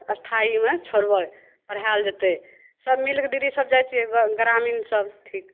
स्थाइमे छोड़बय पढ़ायल जेतय सब मिल कऽ दीदी सब जाइ छियै ग्रामीण सब ठीक